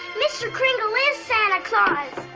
mr. kringle is santa claus!